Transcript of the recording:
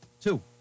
Two